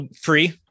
Free